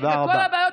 בסדר, אז אני מקריאה.